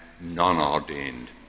non-ordained